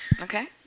Okay